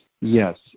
Yes